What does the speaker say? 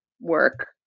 work